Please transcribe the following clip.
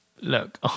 look